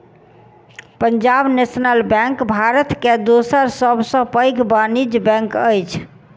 Punjab National Bank Bharat के दोसर सब सॅ पैघ वाणिज्य बैंक अछि